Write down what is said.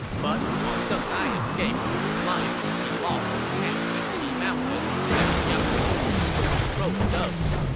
but while deng ai escaped with his life, he lost his camps at qi mountain as jiang wei's troops took control of those.